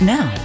Now